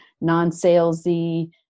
non-salesy